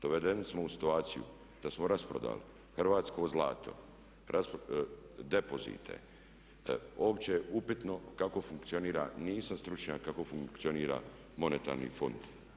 Dovedeni smo u situaciju da smo rasprodali hrvatsko zlato, depozite, uopće je upitno kako funkcionira, nisam stručnjak kako funkcionira monetarni fond.